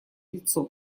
лицо